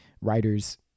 writer's